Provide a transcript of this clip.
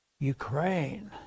Ukraine